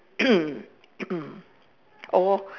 or